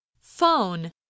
phone